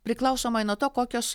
priklausomai nuo to kokios